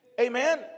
Amen